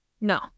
No